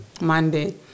Monday